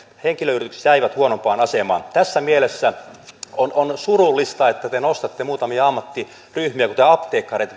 henkilöyritykset jäivät huonompaan asemaan tässä mielessä on surullista että te nostatte tässä muutamia ammattiryhmiä kuten apteekkarit